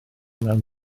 mewn